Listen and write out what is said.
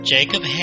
Jacob